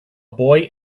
boy